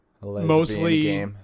mostly